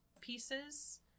pieces